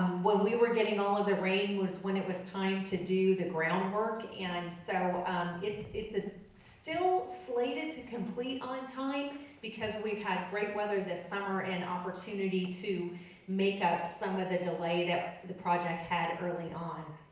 when we were getting all of the rain was when it was time to do the groundwork, and so it's it's ah still slated to complete on time because we've had great weather this summer and opportunity to make up some of the delay that the project had early on.